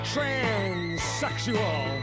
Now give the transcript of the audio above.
Transsexual